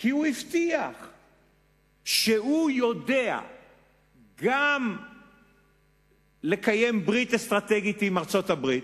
כי הוא הבטיח שהוא יודע גם לקיים ברית אסטרטגית עם ארצות-הברית,